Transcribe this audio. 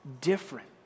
different